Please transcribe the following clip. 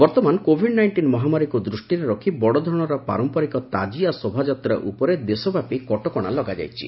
ବଉଁମାନ Covid nineteen ମହାମାରୀକୁ ଦୃଷ୍ଟିରେ ରଖି ବଡ଼ଧରଣର ପାରମ୍ପରିକ ତାଜିଆ ଶୋଭାଯାତ୍ରା ଉପରେ ଦେଶବ୍ୟାପୀ କଟକଣା ଲଗାଯାଇଛି